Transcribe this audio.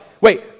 wait